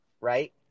Right